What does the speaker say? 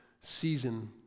season